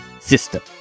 system